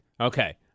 Okay